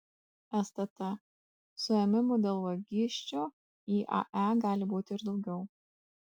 stt suėmimų dėl vagysčių iae gali būti ir daugiau